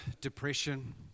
depression